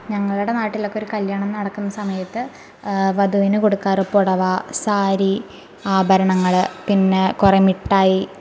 ഞങ്ങളുടെ നാട്ടിലൊക്കെ ഒരു കല്യാണം നടക്കുന്ന സമയത്ത് വധുവിന് കൊടുക്കാറ് പുടവ സാരി ആഭരണങ്ങൾ പിന്നെ കുറെ മിഠായി